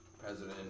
president